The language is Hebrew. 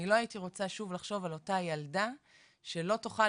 אני לא הייתי רוצה שוב לחשוב על אותה ילדה שלא תוכל